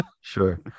sure